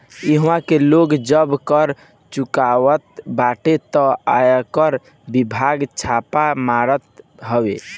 इहवा के लोग जब कर चुरावत बाटे तअ आयकर विभाग छापा मारत हवे